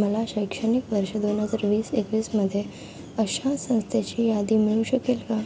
मला शैक्षणिक वर्ष दोन हजार वीस एकवीसमध्ये अशा संस्थेची यादी मिळू शकेल का